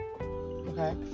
Okay